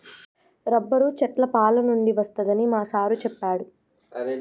rubber చెట్ల పాలనుండి వస్తదని మా సారు చెప్పిండు